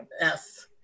Yes